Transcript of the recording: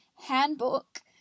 handbook